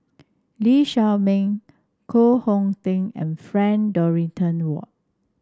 Lee Shao Meng Koh Hong Teng and Frank Dorrington Ward